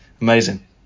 amazing